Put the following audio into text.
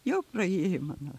jau praėjo mano